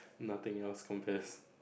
nothing else compares